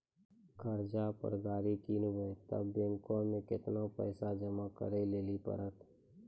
कर्जा पर गाड़ी किनबै तऽ बैंक मे केतना पैसा जमा करे लेली पड़त?